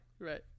Right